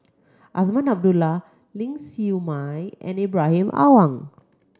Azman Abdullah Ling Siew Mai and Ibrahim Awang